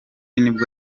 nibwo